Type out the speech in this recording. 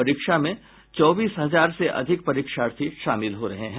परीक्षा में चौबीस हजार से अधिक परीक्षार्थी शामिल हो रहे हैं